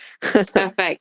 Perfect